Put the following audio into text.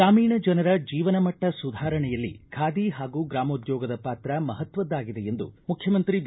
ಗ್ರಾಮೀಣ ಜನರ ಜೀವನ ಮಟ್ಟ ಸುಧಾರಣೆಯಲ್ಲಿ ಖಾದಿ ಹಾಗೂ ಗ್ರಮೋದ್ಯೋಗದ ಪಾತ್ರ ಮಹತ್ವಾದ್ದಾಗಿದೆ ಎಂದು ಮುಖ್ಯಮಂತ್ರಿ ಬಿ